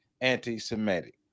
anti-Semitic